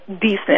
decent